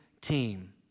team